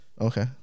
Okay